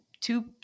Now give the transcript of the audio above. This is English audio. Two